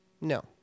No